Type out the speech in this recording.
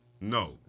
No